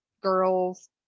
girls